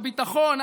הביטחון,